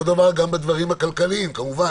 אותו דבר גם בדברים הכלכליים, כמובן.